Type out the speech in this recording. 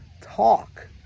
talk